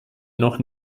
noch